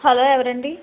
hello ఎవరు అండి